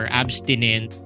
abstinent